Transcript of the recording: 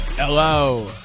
Hello